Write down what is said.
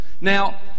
Now